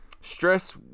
stress